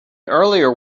earlier